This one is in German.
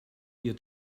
ihr